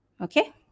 okay